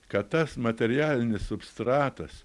kad tas materialinis substratas